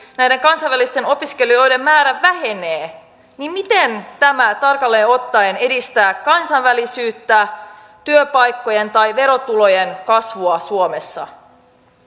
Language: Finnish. näiden kansainvälisten opiskelijoiden määrä vähenee niin miten tämä tarkalleen ottaen edistää kansainvälisyyttä työpaikkojen tai verotulojen kasvua suomessa